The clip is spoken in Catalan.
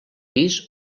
pis